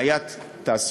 בעיית תעסוקה.